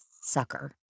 sucker